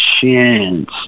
chance